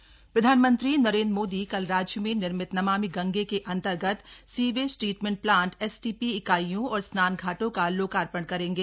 STP लोकार्पण प्रधानमंत्री नरेंद्र मोदी कल राज्य में निर्मित नमामि गंगे के अंतर्गत सीवेज ट्रीटमेंट प्लांट एसटीपी इकाइयों और स्नान घाटों का लोकार्पण करेंगे